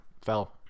fell